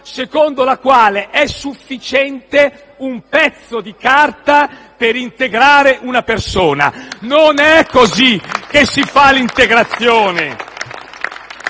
secondo la quale è sufficiente un pezzo di carta per integrare una persona. Non è così che si fa l'integrazione!